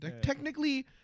technically